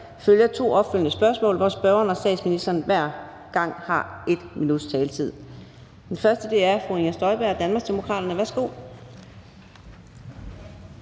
følger to opfølgende spørgsmål, hvor spørgeren og statsministeren hver gang har 1 minuts taletid. Den første er fru Inger Støjberg, Danmarksdemokraterne. Værsgo.